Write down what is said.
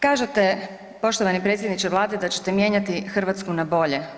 Kažete, poštovani predsjedniče Vlade, da ćete mijenjati Hrvatsku na bolje.